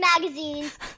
magazines